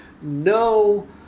no